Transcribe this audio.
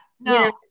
No